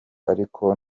ariko